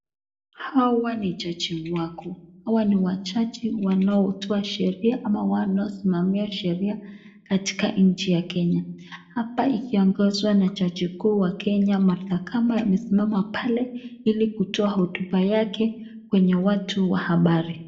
Hawa ni jaji wakuu. Hawa ni wajaji wanaotoa sheria ama wanaosimamia sheria katika nchi ya Kenya. Hapa ikiongozwa na jaji mkuu wa Kenya Martha kama amesimama pale ili kutoa hotuba yake kwenye watu wa habari.